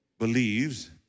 believes